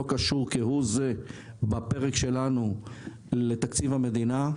קשור כהוא זה בפרק שלנו לתקציב המדינה,